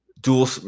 dual